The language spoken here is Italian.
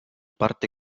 parte